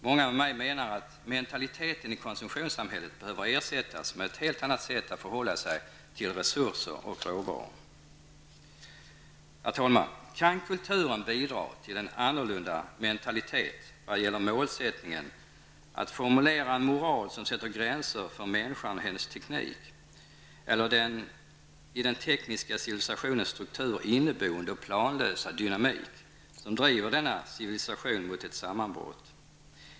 Många med mig menar att mentaliteten i konsumtionssamhället behöver ersättas med ett hlet annat sätt att förhålla sig till resurser och råvaror. Herr talman! Kan kulturen bidra till en annorlunda mentalitet vad gäller målsättningen att formulera en moral som sätter gränser för människan och hennes teknik eller den i den tekniska civilisationens struktur inneboende och planlösa dynamik som driver denna civilisation mot ett sammanbrott.